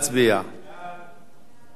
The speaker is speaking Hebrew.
סעיפים